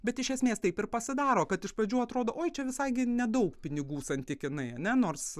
bet iš esmės taip ir pasidaro kad iš pradžių atrodo oi čia visai gi nedaug pinigų santykinai ane nors